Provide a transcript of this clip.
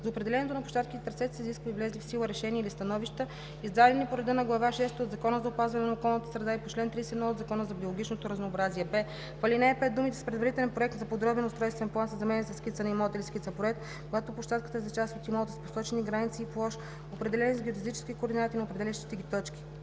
За определянето на площадките и трасетата се изискват и влезли в сила решения или становища, издадени по реда на Глава шеста от Закона за опазване на околната среда и по чл. 31 от Закона за биологичното разнообразие.“; б) в ал. 5 думите „с предварителен проект за подробен устройствен план“ се заменят със „със скица на имота или скица-проект, когато площадката е за част от имота, с посочени граници и площ, определени с геодезическите координати на определящите ги точки“.